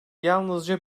yalnızca